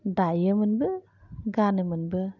दायोमोनबो गानोमोनबो